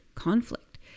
conflict